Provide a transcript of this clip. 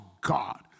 God